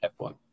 F1